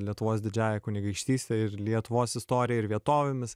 lietuvos didžiąja kunigaikštyste ir lietuvos istorija ir vietovėmis